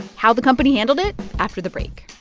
how the company handled it after the break